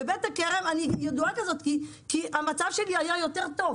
בבית הכרם אני ידועה כזאת כי המצב שלי היה יותר טוב.